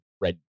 red